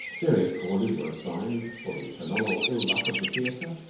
various causes were assigned for the phenomenal ill-luck of the theater,